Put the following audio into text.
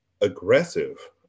aggressive